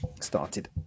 started